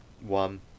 one